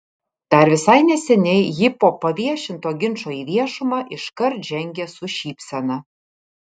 dar visai neseniai ji po paviešinto ginčo į viešumą iškart žengė su šypsena